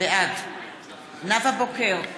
בעד נאוה בוקר,